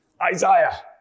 Isaiah